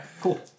cool